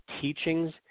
teachings